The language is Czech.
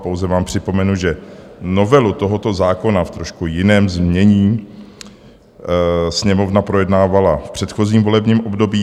Pouze vám připomenu, že novelu tohoto zákona v trošku jiném znění Sněmovna projednávala v předchozím volebním období.